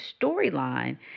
storyline